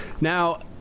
Now